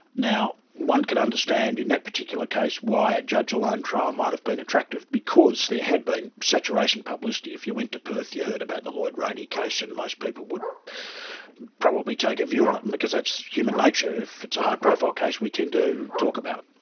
now, one could understand in that particular case why a judge-alone trial might have been attractive, because there had been saturation publicity. if you went to perth you heard about the lloyd rayney case and most people would probably take a view on it and because that's human nature. if it's a high profile case we tend to talk about